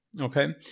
Okay